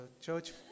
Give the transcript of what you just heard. church